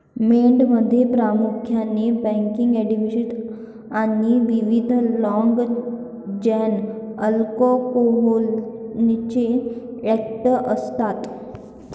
मेणमध्ये प्रामुख्याने fatty acids आणि विविध लाँग चेन अल्कोहोलचे एस्टर असतात